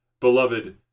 Beloved